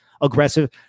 aggressive